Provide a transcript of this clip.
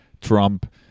Trump